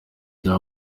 rya